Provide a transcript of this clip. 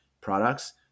products